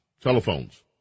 Telephones